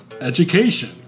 Education